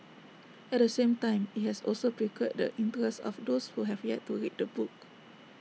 at the same time IT has also piqued the interest of those who have yet to read the book